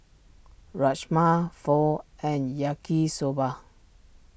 Rajma Pho and Yaki Soba